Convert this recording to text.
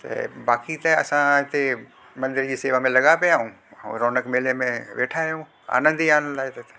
त बाक़ी त असां हिते मंदर जी सेवा में लॻा पयाऊं ओर रोनक मेले में वेठा आहियूं आनंद ई आनंद आहे त हिते